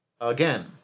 Again